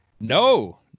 No